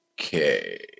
Okay